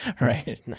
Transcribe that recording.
Right